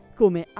come